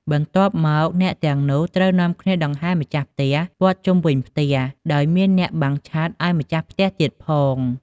បន្ទាប់មកអ្នកទាំងនោះ ត្រូវនាំគ្នាដង្ហែម្ចាស់ផ្ទះព័ទ្ធជុំវិញផ្ទះ ដោយមានអ្នកបាំងឆ័ត្រឱ្យម្ចាស់ផ្ទះទៀតផង។